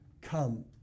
come